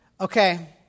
Okay